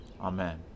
Amen